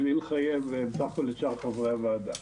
בלי לחייב בסך הכול את שאר חברי הוועדה.